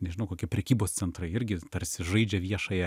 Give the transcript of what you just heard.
nežinau kokie prekybos centrai irgi tarsi žaidžia viešąją